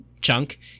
chunk